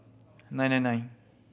nine nine nine